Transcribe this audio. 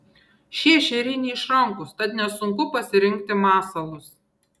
šie ešeriai neišrankūs tad nesunku pasirinkti masalus